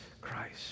Christ